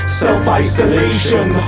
self-isolation